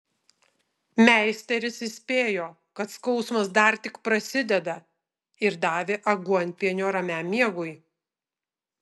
meisteris įspėjo kad skausmas dar tik prasideda ir davė aguonpienio ramiam miegui